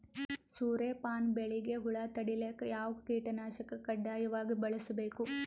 ಸೂರ್ಯಪಾನ ಬೆಳಿಗ ಹುಳ ತಡಿಲಿಕ ಯಾವ ಕೀಟನಾಶಕ ಕಡ್ಡಾಯವಾಗಿ ಬಳಸಬೇಕು?